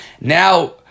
Now